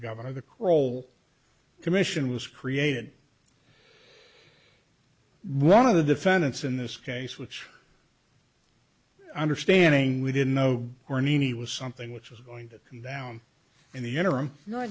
governor the cole commission was created one of the defendants in this case which understanding we didn't know or any was something which was going to come down in the interim no